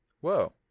Whoa